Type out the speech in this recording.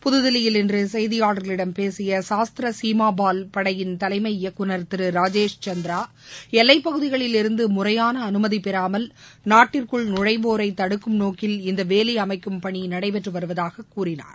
புதுதில்லியில் இன்று செய்தியாளர்களிடம் பேசிய சாஸ்தர சீமாபால் படையின் தலைம இயக்குநர் திரு ராகேஷ் சந்த்ரா எல்லைப் பகுதிகளில் இருந்து முறையாள அனுமதி பெறாமல் நாட்டிற்குள் நுழைபவர்களை தடுக்கும் நோக்கில் இந்த வேலி அமைக்கும் பணி நடைபெற்று வருவதாக கூறினார்